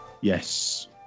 Yes